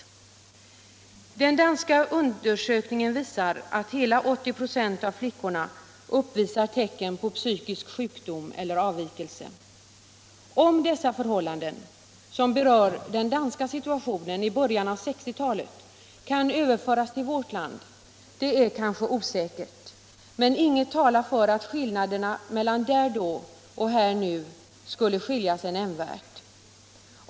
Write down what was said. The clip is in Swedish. Vissa socialvårds Den danska undersökningen kommer fram till att hela 80 ö av flick — frågor m.m. orna uppvisar tecken på psykisk sjukdom eller avvikelse. Om dessa resultat, som gäller den danska situationen i början av 1960 talet, kan överföras till vårt land är kanske osäkert, men inget talar för att skillnaderna mellan där då och här nu skulle vara nämnvärda.